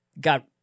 got